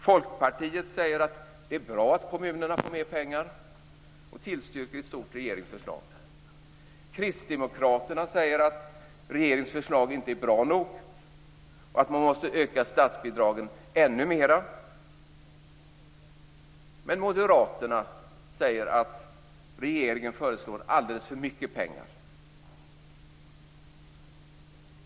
Folkpartiet säger att det är bra att kommunerna får mer pengar och tillstyrker i stort regeringens förslag. Kristdemokraterna säger att regeringens förslag inte är bra nog och att statsbidragen måste ökas ännu mera. Men Moderaterna säger att regeringen föreslår alldeles för mycket pengar.